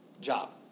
job